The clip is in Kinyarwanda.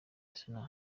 arsenal